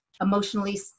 emotionally